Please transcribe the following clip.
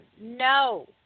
no